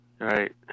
Right